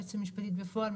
יועצת משפטית בפועל,